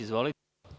Izvolite.